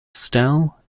style